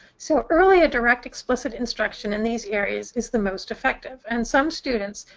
so earlier direct explicit instruction in these areas is the most effective. and some students,